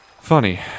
Funny